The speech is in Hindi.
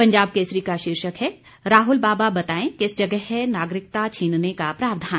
पंजाब केसरी का शीर्षक है राहुल बाबा बताएं किस जगह है नागरिकता छीनने का प्रावधान